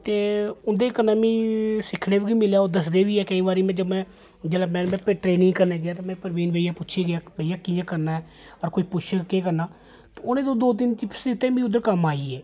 ते उं'दे कन्नै मिगी सिक्खने बी किश मिलेआ ओह् दसदे बी ऐ है केईं बारी जब में जिसले में ट्रैनिंग करने गी गेआ ते में प्रवीण भैया गी पुच्छी गेआ कि भैया कि'यां करना ऐ अगर कोई पुच्छग केह् करना ते उ'नें दो दिन टिप्स दित्ते मिगी उद्धर कम्म आई गे